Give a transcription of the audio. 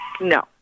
No